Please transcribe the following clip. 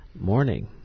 morning